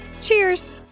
Cheers